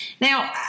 Now